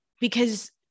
because-